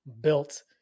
built